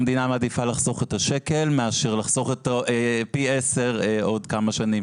המדינה מעדיפה לחסוך את השקל מאשר לחסוך פי עשר בעוד כמה שנים,